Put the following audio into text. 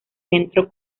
centro